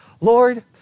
Lord